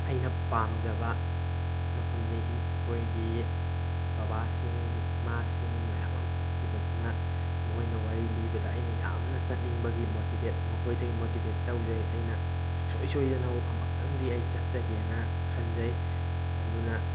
ꯑꯩꯅ ꯄꯥꯝꯖꯕ ꯃꯐꯝꯅꯤ ꯑꯩꯈꯣꯏꯒꯤ ꯕꯕꯥꯁꯤꯡ ꯏꯃꯥꯁꯤꯡ ꯃꯌꯥꯝꯑꯝ ꯆꯠꯈꯤꯕꯗꯨꯅ ꯃꯣꯏꯅ ꯋꯥꯔꯤ ꯂꯤꯕꯗ ꯑꯩꯅ ꯌꯥꯝꯅ ꯆꯠꯅꯤꯡꯕꯒꯤ ꯃꯣꯇꯤꯚꯦꯠ ꯃꯈꯣꯏꯗꯒꯤ ꯃꯣꯇꯤꯚꯦꯠ ꯇꯧꯖꯩ ꯑꯩꯅ ꯁꯨꯡꯁꯣꯏ ꯁꯣꯏꯗꯅ ꯑꯃꯛꯇꯪꯗꯤ ꯑꯩ ꯆꯠꯆꯒꯦꯅ ꯈꯟꯖꯩ ꯑꯗꯨꯅ